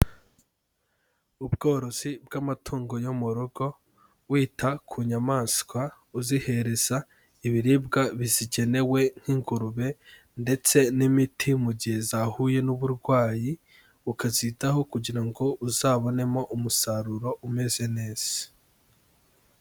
Ubworozi bw'amatungo yo mu rugo wita ku nyamaswa, uzihereza ibiribwa bizigenewe nk'ingurube ndetse n'imiti mu gihe zahuye n'uburwayi ukazitaho kugira ngo uzabonemo umusaruro umeze neza.